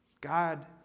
God